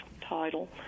title